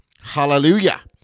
Hallelujah